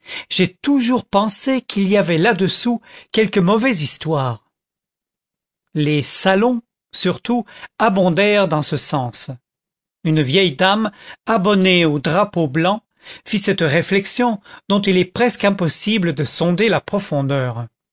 j'ai toujours pensé qu'il y avait là-dessous quelque mauvaise histoire les salons surtout abondèrent dans ce sens une vieille dame abonnée au drapeau blanc fit cette réflexion dont il est presque impossible de sonder la profondeur